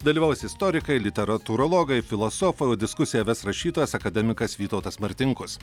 dalyvaus istorikai literatūrologai filosofai o diskusiją ves rašytojas akademikas vytautas martinkus